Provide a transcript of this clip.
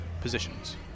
positions